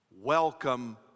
welcome